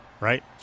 right